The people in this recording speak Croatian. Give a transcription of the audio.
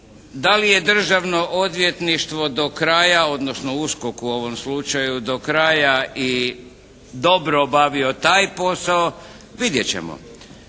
da li je državno odvjetništvo do kraja, odnosno USKOK u ovom slučaju do kraja i dobro obavio taj posao, vidjet ćemo.